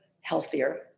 healthier